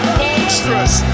monstrous